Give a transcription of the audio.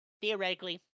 theoretically